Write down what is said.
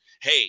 Hey